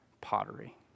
pottery